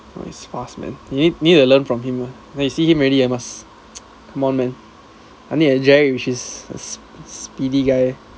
!wah! he's fast man need need to learn from him lah when you see him already must come on man I need a ger~ which is s~ s~ s~ speedy guy